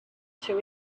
two